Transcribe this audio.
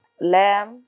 lamb